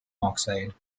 oxide